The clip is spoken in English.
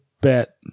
bet